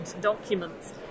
documents